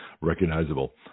recognizable